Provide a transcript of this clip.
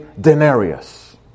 denarius